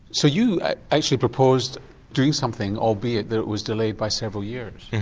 so you actually proposed doing something albeit that it was delayed by several years? yes,